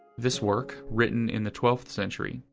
this work, written in the twelfth century,